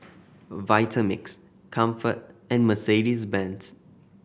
Vitamix Comfort and Mercedes Benz